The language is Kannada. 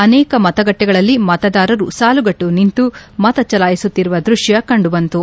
ಅನೇಕ ಮತಗಟ್ಟೆಗಳಲ್ಲಿ ಮತದಾರರು ಸಾಲುಗಟ್ಟಿ ನಿಂತು ಮತ ಚಲಾಯಿಸುತ್ತಿರುವ ದೃಷ್ಟ ಕಂಡುಬಂತು